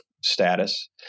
status